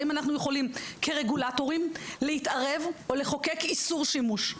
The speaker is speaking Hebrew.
האם אנחנו יכולים כרגולטורים להתערב או לחוקק איסור שימוש?